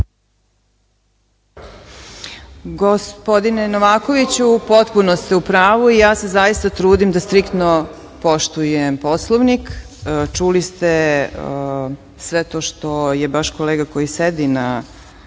Gospodine Novakoviću, potpuno ste u pravu. Ja se zaista trudim da striktno poštujem Poslovnik. Čuli ste sve to što je baš kolega koji sedi u